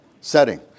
setting